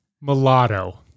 mulatto